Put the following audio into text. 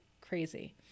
crazy